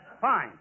fine